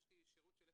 יש לי שירות של 012,